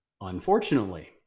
Unfortunately